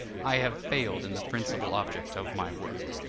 i have failed in the principal object of my work.